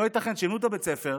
לא ייתכן שיבנו את בית הספר,